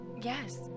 yes